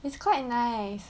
it's quite nice